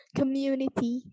community